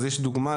יש דוגמה,